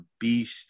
beast